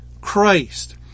Christ